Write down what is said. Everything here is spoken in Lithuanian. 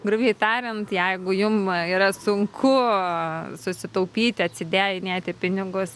grubiai tariant jeigu jum yra sunku susitaupyti acidėjinėti pinigus